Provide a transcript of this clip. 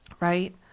right